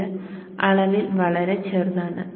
ഇത് അളവിൽ വളരെ ചെറുതാണ്